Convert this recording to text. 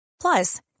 Plus